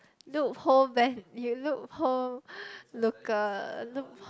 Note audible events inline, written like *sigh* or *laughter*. loophole bend~ you loophole *breath* looker loop~